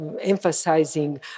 emphasizing